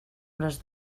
les